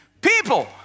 people